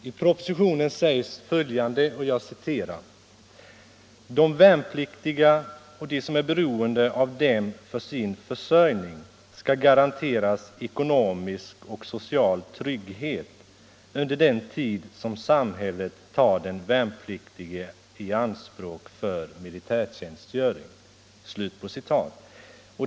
I propositionen sägs att de värnpliktiga och de som är beroende av dem för sin försörjning skall garanteras ekonomisk och social trygghet under den tid som samhället tar den värnpliktige i anspråk för militärtjänstgöring.